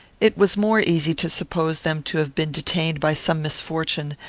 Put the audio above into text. it was more easy to suppose them to have been detained by some misfortune,